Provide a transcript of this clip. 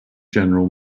general